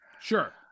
Sure